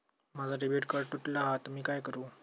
माझा debit card तुटला हा आता मी काय करू?